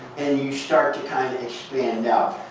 and you start to kind of expand out.